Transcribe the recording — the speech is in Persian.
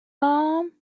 هام